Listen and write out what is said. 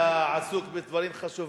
אני יודע שהוא היה עסוק בדברים חשובים.